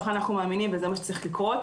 כך אנחנו מאמינים וזה מה שצריך לקרות.